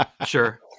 Sure